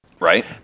Right